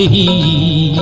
ah e